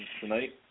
tonight